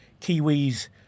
Kiwis